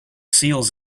seals